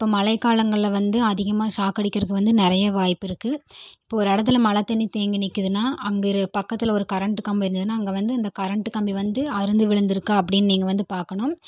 இப்போ மழை காலங்களில் வந்து அதிகமாக ஷாக் அடிக்கிறதுக்கு வந்து நிறைய வாய்ப்பு இருக்குது இப்போது ஒரு இடத்துல மழை தண்ணி தேங்கி நிற்கிதுன்னா அங்கே பக்கத்தில் ஒரு கரண்டு கம்பி இருந்ததுனா அங்கே வந்து இந்த கரண்டு கம்பி வந்து அறுந்து விழுந்திருக்கா அப்படீன்னு நீங்கள் வந்து பார்க்கணும்